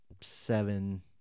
seven